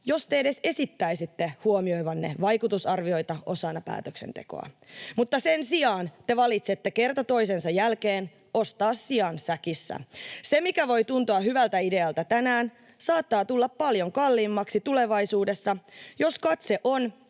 jos te edes esittäisitte huomioivanne vaikutusarvioita osana päätöksentekoa, mutta sen sijaan te valitsette kerta toisensa jälkeen ostaa sian säkissä. Se, mikä voi tuntua hyvältä idealta tänään, saattaa tulla paljon kalliimmaksi tulevaisuudessa, jos katse on